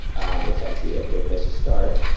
um it's obviously a great place to start.